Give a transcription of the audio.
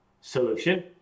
Solution